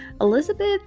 Elizabeth